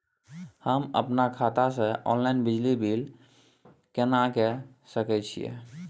हम अपन खाता से ऑनलाइन बिजली पानी बिल केना के सकै छी?